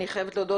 אני חייבת להודות,